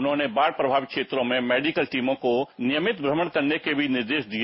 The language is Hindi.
उन्होंने बाढ़ प्रभावित क्षेत्रों में मेडिकल टीमों को नियमित भ्रमण करने के भी निर्देश दिए